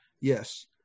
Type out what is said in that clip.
Yes